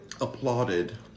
applauded